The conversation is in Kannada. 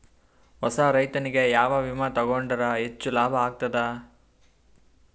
ಹೊಸಾ ರೈತನಿಗೆ ಯಾವ ವಿಮಾ ತೊಗೊಂಡರ ಹೆಚ್ಚು ಲಾಭ ಆಗತದ?